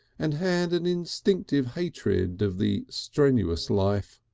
and had an instinctive hatred of the strenuous life.